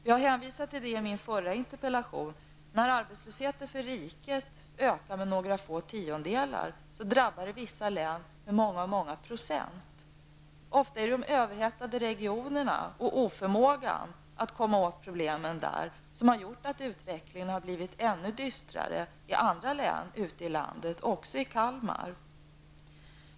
Jag har hänvisat till det i mitt förra interpellationssvar: När arbetslösheten för riket ökar med några få tiondelar, drabbar det vissa län med många, många procent. Ofta är det de överhettade regionerna och oförmågan att komma åt problemen där som har gjort att utvecklingen blivit ännu dystrare i andra län ute i landet, också i Kalmar.